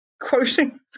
quoting